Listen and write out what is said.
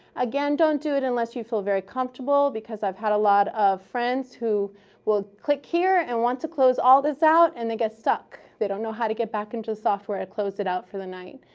again, don't do it unless you feel very comfortable, because i've had a lot of friends who will click here and want to close all this out, and they get stuck. they don't know how to get back into the software. it closed it out for the night.